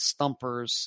stumpers